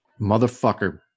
motherfucker